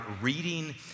reading